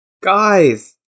guys